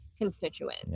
constituents